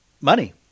Money